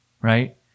right